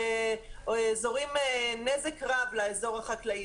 גורמים נזק רב לאזור החקלאי.